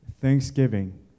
Thanksgiving